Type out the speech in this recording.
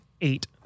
eight